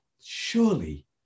Surely